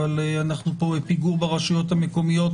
אבל אנחנו פה בפיגור ברשויות המקומיות,